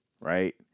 right